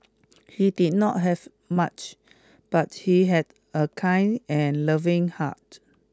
he did not have much but he had a kind and loving heart